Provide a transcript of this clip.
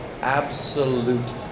absolute